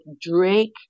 Drake